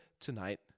tonight